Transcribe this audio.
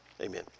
Amen